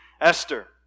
Esther